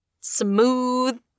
smooth